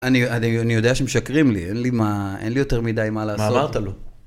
אני יודע שמשקרים לי, אין לי יותר מידי מה לעשות. מה אמרת לו?